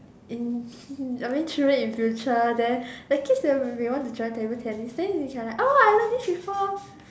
in I mean children in future then the kids will be want to join table tennis then you can like oh I learn this before